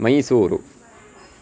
Mysuru